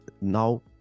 now